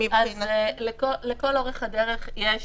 אז לכל אורך הדרך יש